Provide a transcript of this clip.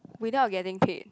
without getting paid